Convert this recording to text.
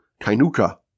Kainuka